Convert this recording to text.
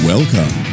Welcome